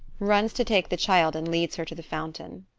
runs to take the child and leads her to the fountain.